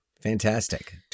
fantastic